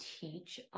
teach